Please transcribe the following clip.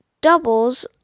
doubles